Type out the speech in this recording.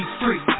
free